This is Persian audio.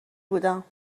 بودم